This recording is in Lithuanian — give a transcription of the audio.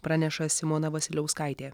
praneša simona vasiliauskaitė